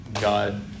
God